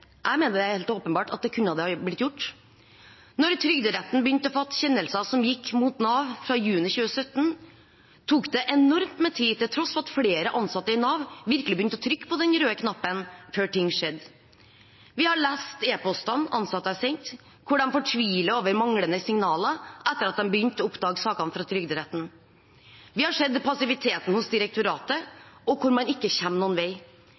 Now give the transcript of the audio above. er helt åpenbart at det kunne det ha blitt gjort. Da Trygderetten begynte å fatte kjennelser som gikk mot Nav fra juni 2017, tok det enormt med tid, til tross for at flere ansatte i Nav virkelig begynte å trykke på den røde knappen, før ting skjedde. Vi har lest e-postene ansatte har sendt, hvor de fortviler over manglende signaler etter at de begynte å oppdage sakene fra Trygderetten. Vi har sett passiviteten hos direktoratet, hvor man ikke kommer noen vei.